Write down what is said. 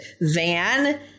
van